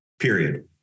period